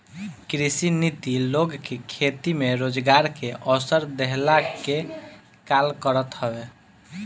कृषि नीति लोग के खेती में रोजगार के अवसर देहला के काल करत हवे